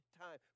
time